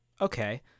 Okay